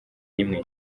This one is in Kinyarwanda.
rimwe